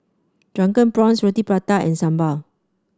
Drunken Prawns Roti Prata and sambal